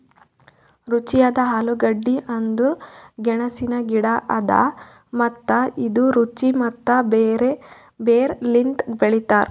ರುಚಿಯಾದ ಆಲೂಗಡ್ಡಿ ಅಂದುರ್ ಗೆಣಸಿನ ಗಿಡ ಅದಾ ಮತ್ತ ಇದು ರುಚಿ ಮತ್ತ ಬೇರ್ ಲಿಂತ್ ಬೆಳಿತಾವ್